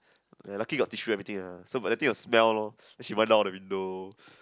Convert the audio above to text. lucky got tissue and everything ah so but the thing will smell lor then she wound down all the window